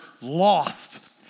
lost